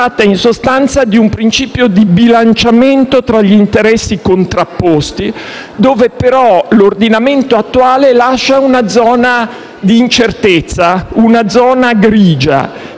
pubblici). Si tratta, in sostanza, di un principio di bilanciamento tra gli interessi contrapposti, dove però l'ordinamento attuale lascia una zona di indeterminatezza, una zona grigia.